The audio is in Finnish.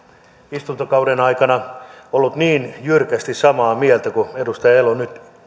istuntokauden aikana ollut niin jyrkästi samaa mieltä kuin siitä mitä edustaja elo nyt